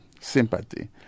sympathy